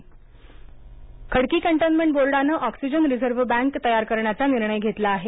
Khadki oxygen Khadki cantonment बोर्डानं oxygen reserve bank तयार करण्याचा निर्णय घेतला आहे